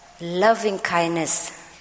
loving-kindness